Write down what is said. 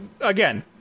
Again